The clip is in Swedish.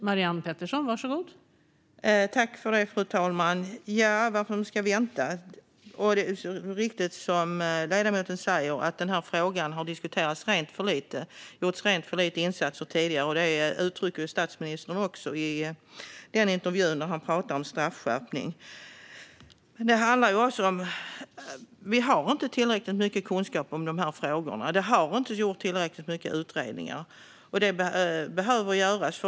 Fru talman! Det är riktigt som ledamoten säger: Denna fråga har diskuterats för lite. Det har gjorts för lite insatser tidigare, och detta uttryckte även statsministern i den intervju där han talade om straffskärpning. Vi har inte tillräckligt mycket kunskap om dessa frågor. Det har inte gjorts tillräckligt mycket utredningar. Det behöver göras.